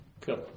Cool